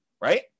right